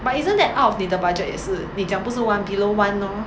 but isn't that out of 你的 budget 也是你讲不是 [one] below [one] lor